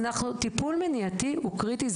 טיפול מניעתי הוא קריטי.